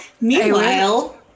Meanwhile